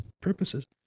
purposes